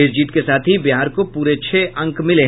इस जीत के साथ ही बिहार को पूरे छह अंक मिले